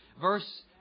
verse